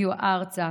הגיעו ארצה,